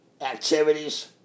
activities